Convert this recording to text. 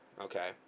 Okay